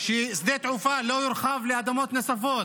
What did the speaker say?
ששדה התעופה לא יורחב לאדמות נוספות.